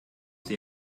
sie